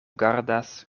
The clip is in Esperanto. gardas